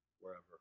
wherever